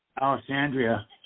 Alexandria